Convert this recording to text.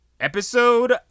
Episode